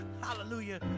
hallelujah